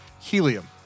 helium